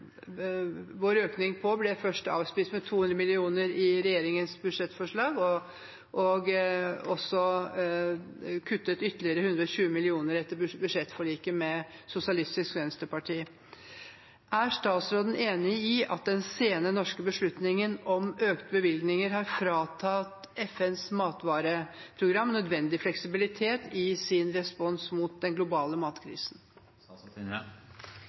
ble først avspist med 200 mill. kr i regjeringens budsjettforslag og også kuttet ytterligere med 120 mill. kr etter budsjettforliket med Sosialistisk Venstreparti. Er statsråden enig i at den sene norske beslutningen om økte bevilgninger har fratatt FNs matvareprogram nødvendig fleksibilitet i sin respons mot den globale matkrisen?